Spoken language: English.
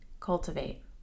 cultivate